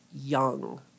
young